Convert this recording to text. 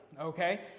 okay